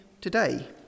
today